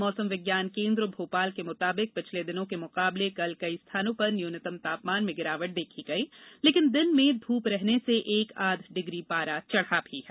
मौसम विज्ञान केन्द्र भोपाल के मुताबिक पिछले दिनों के मुकाबले कल कई स्थानों पर न्यूनतम तापमान में गिरावट देखी गई लेकिन दिन में धूप रहने से एक आध डिग्री पारा चढ़ा भी है